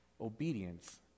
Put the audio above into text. obedience